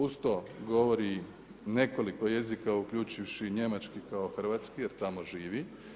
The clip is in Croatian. Uz to govori nekoliko jezika uključivši i Njemački kao hrvatski jer tamo živi.